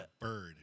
bird